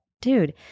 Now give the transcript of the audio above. Dude